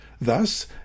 Thus